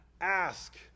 ask